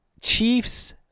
Chiefs